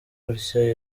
gutya